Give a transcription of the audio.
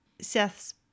Seth's